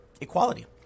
equality